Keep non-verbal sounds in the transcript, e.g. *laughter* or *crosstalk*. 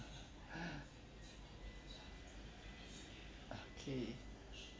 *breath* okay